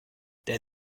der